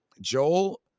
joel